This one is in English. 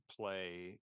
play